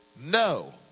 No